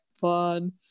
fun